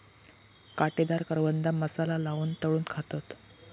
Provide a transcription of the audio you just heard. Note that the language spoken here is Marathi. काटेदार करवंदा मसाला लाऊन तळून खातत